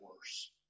worse